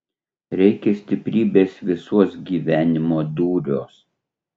reikia stiprybės visuos gyvenimo dūriuos